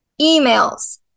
emails